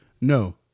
No